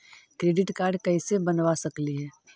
Credit card कैसे बनबा सकली हे?